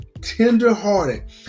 tenderhearted